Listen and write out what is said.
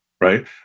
Right